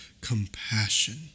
compassion